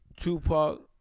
Tupac